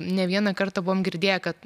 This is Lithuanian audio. ne vieną kartą buvom girdėję kad